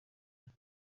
past